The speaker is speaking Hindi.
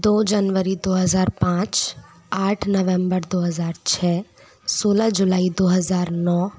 दो जनवरी दो हज़ार पाँच आठ नवंबर दो हज़ार छः सोलह जुलाई दो हज़ार नौ